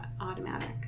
automatic